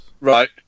Right